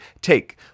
take